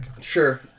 Sure